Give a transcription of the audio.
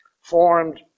formed